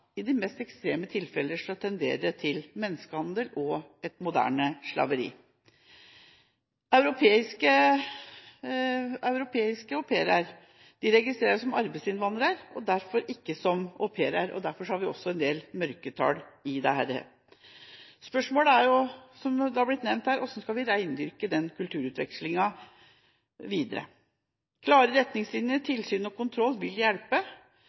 I de mest ekstreme tilfeller tenderer det til menneskehandel og et moderne slaveri. Europeiske au pairer registrerer seg som arbeidsinnvandrere og ikke som au pairer. Derfor har vi også en del mørketall her. Spørsmålet er jo, som det er blitt nevnt her: Hvordan skal vi rendyrke den kulturutvekslingen videre? Klare retningslinjer, tilsyn og kontroll vil kunne hjelpe.